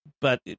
But-